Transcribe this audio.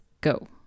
Go